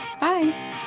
Bye